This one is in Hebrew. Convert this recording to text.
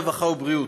הרווחה והבריאות,